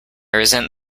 resent